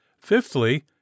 Fifthly